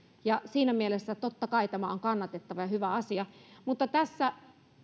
ja siinä mielessä totta kai tämä on kannatettava ja hyvä asia mutta tässä